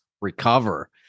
recover